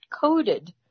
coded